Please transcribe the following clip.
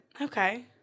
Okay